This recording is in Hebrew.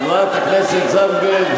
הכנסת זנדברג,